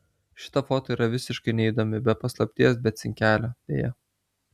šita foto yra visiškai neįdomi be paslapties be cinkelio deja